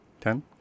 ten